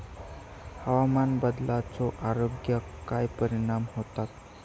हवामान बदलाचो आरोग्याक काय परिणाम होतत?